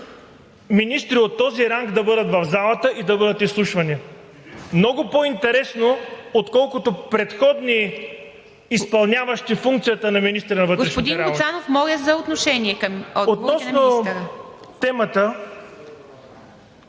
министри от този ранг да бъдат в залата и да бъдат изслушвани. Много по-интересно, отколкото предходни, изпълняващи функцията на министри на вътрешните работи...